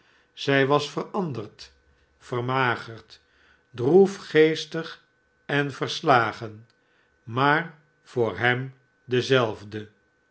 zij was veranderd vermagerd droefgeestig en verslagen maar voor hem dezelfde